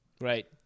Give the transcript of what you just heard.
Right